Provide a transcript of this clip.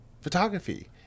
photography